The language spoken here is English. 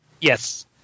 Yes